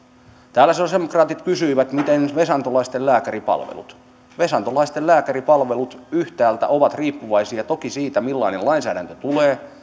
täällä sosialidemokraatit kysyivät miten vesantolaisten lääkäripalvelut vesantolaisten lääkäripalvelut ovat yhtäältä toki riippuvaisia siitä millainen lainsäädäntö tulee